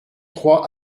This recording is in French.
trois